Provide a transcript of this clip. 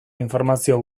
informazio